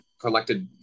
collected